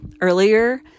earlier